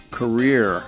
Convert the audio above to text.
career